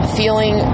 feeling